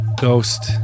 Ghost